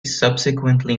subsequently